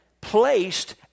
placed